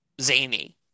zany